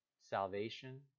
salvation